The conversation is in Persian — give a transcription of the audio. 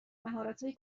مهارتهای